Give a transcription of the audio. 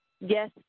Yes